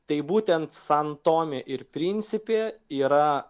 tai būtent san tomė ir prinsipė yra